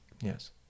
Yes